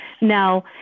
Now